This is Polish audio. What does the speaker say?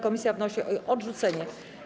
Komisja wnosi o jej odrzucenie.